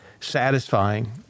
satisfying